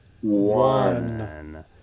one